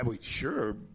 sure